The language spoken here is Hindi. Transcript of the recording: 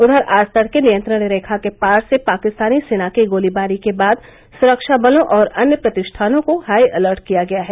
उधर आज तड़के नियंत्रण रेखा के पार से पाकिस्तानी सेना की गोलीबारी के बाद सुरक्षाबलों और अन्य प्रतिष्ठानों को हाई अलर्ट किया गया है